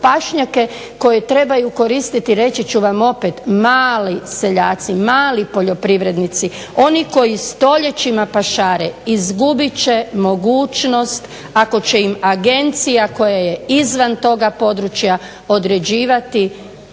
pašnjake koje trebaju koristiti reći ću vam opet mali seljaci, mali poljoprivrednici, oni koji stoljećima pašare izgubit će mogućnost ako će im agencija koja je izvan toga područja određivati